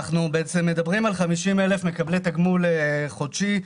יש 50,000 מקבלי תגמול חודשי.